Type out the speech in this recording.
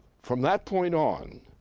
from that point on,